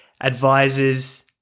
advisors